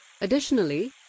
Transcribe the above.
Additionally